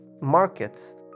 markets